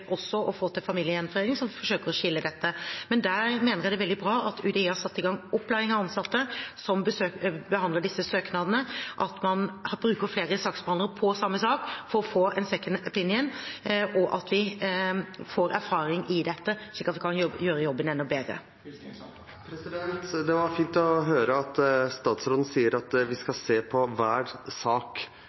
å få til familiegjenforening, så vi forsøker å skille dette. Men der mener jeg det er veldig bra at UDI har satt i gang opplæring av ansatte som behandler disse søknadene, at man bruker flere saksbehandlere på samme sak for å få en «second opinion», og at vi får erfaring i dette, slik at vi kan gjøre jobben enda bedre. Det var fint å høre at statsråden sier at vi skal se på hver sak.